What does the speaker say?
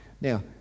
Now